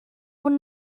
would